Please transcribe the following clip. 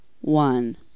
one